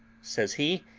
says he,